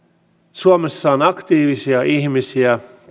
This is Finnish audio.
suomessa on työttöminä aktiivisia ihmisiä